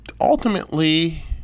ultimately